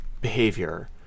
behavior